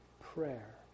prayer